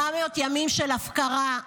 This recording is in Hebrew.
400 ימים של הפקרה.